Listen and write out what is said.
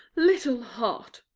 little heart,